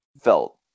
felt